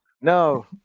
No